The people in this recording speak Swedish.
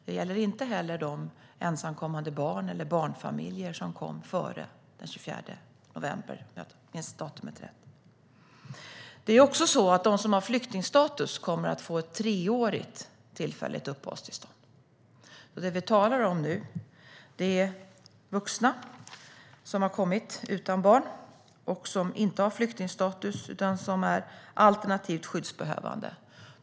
Det gäller inte heller de ensamkommande barn eller barnfamiljer som kom före den 24 november - om jag minns datumet rätt. De som har flyktingstatus kommer att få ett treårigt tillfälligt uppehållstillstånd. Vi talar nu om vuxna som har kommit utan barn och som inte har flyktingstatus utan är alternativt skyddsbehövande.